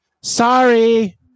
Sorry